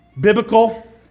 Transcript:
biblical